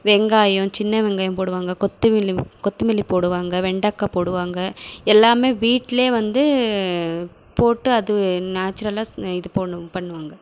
வெங்காயம் சின்ன வெங்காயம் போடுவாங்க கொத்தவெல்லி கொத்தமல்லி போடுவாங்க வெண்டக்காய் போடுவாங்க எல்லாமே வீட்லேயே வந்து போட்டு அது நேச்சுரலாக இது பண்ணும் பண்ணுவாங்க